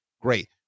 Great